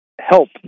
help